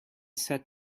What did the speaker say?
said